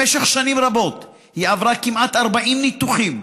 במשך שנים רבות היא עברה כמעט 40 ניתוחים,